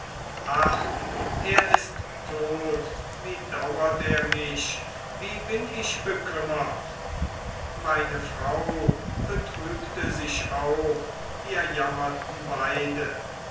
ach er ist tot wie dauert er mich wie bin ich bekümmert meine frau betrübte sich auch wir jammerten beide